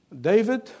David